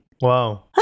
Wow